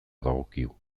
dagokigu